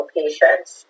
patients